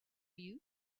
you